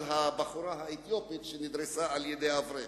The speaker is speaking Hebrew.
על הבחורה האתיופית שנדרסה על-ידי אברך.